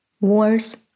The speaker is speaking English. Wars